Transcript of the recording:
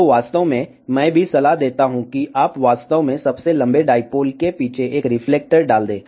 तो वास्तव में मैं भी सलाह देता हूं कि आप वास्तव में सबसे लंबे डाईपोल के पीछे एक रिफ्लेक्टर डाल दें